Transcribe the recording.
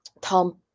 Tom